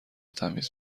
تمیز